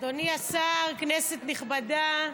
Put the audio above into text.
אדוני השר, כנסת נכבדה,